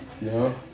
No